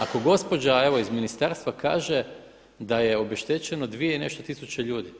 Ako gospođa, evo iz ministarstva kaže da je obeštećeno 2 i nešto tisuće ljudi.